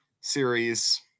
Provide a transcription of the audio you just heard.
series